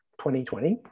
2020